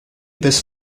this